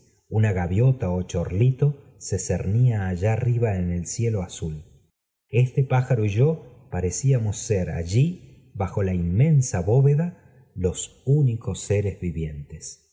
una gaviota ó chorlito se cernía allá arriba en eí cielo azui üste pájaro y yo parecíamos ser allí bajo la inmensa bóveda los únicos seres vivientes